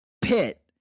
pit